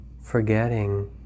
forgetting